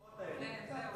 אל תגזים עם התגובות האלה.